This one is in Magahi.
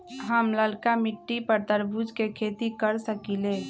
हम लालका मिट्टी पर तरबूज के खेती कर सकीले?